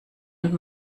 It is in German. und